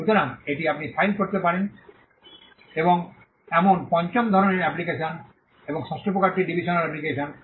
সুতরাং এটি আপনি ফাইল করতে পারেন এমন পঞ্চম ধরণের অ্যাপ্লিকেশন এবং ষষ্ঠ প্রকারটি ডিভিশনাল অ্যাপ্লিকেশন